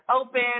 open